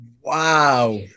Wow